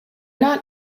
not